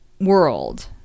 world